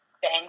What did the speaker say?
bang